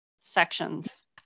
sections